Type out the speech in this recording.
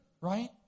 right